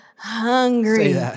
Hungry